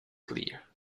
clear